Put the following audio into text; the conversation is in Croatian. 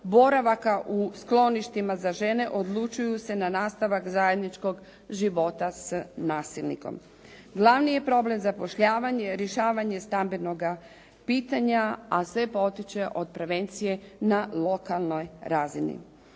boravaka u skloništima za žene odlučuju se na nastavak zajedničkog života s nasilnikom. Glavni je problem zapošljavanje, rješavanje stambenoga pitanja, a sve potiče od prevencije na lokalnoj razini.